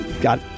got